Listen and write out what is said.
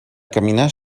caminar